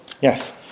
Yes